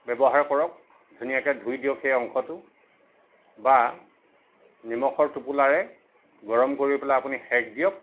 ব্যৱহাৰ কৰক ধুনীয়াকৈ ধুই দিয়ক সেই অংশটো বা নিমখৰ টোপোলাৰে গৰম কৰি পেলাই আপুনি সেক দিয়ক